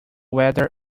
weather